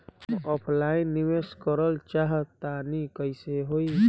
हम ऑफलाइन निवेस करलऽ चाह तनि कइसे होई?